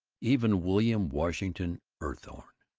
even william washington eathorne.